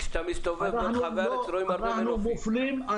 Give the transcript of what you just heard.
אנחנו מופלים,